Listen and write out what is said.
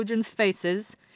faces